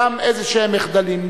גם איזשהם מחדלים,